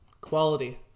Quality